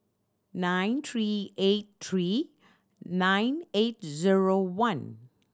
nine three eight three nine eight zero one